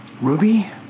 Ruby